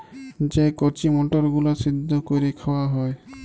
যে কঁচি মটরগুলা সিদ্ধ ক্যইরে খাউয়া হ্যয়